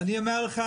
ואני אומר לך,